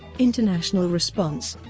international response